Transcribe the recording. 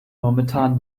momentan